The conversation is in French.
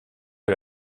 que